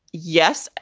yes,